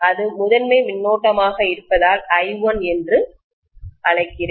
அது முதன்மை மின்னோட்டமாக இருப்பதால் i1 என்று அழைக்கிறேன்